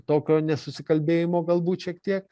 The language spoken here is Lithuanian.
tokio nesusikalbėjimo galbūt šiek tiek